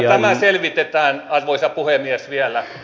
tämä selvitetään arvoisa puhemies vielä